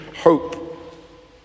hope